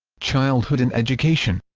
childhood and education